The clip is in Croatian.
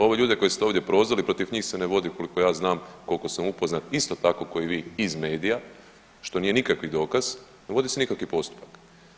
Ove ljude koje ste ovdje prozvali protiv njih se ne vodi koliko ja znam koliko sam upoznat isto tako ko i vi iz medija, što nije nikakvi dokaz, ne vodi se nikakav postupak.